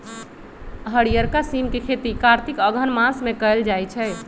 हरियरका सिम के खेती कार्तिक अगहन मास में कएल जाइ छइ